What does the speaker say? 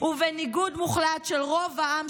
ובניגוד מוחלט לרוב העם,